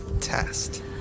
test